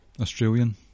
Australian